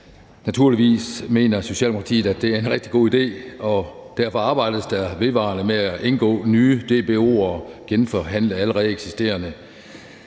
Naturligvis mener Socialdemokratiet, at det er en rigtig god idé, og derfor arbejdes der vedvarende med at indgå nye dobbeltbeskatningsoverenskomster og genforhandle allerede eksisterende.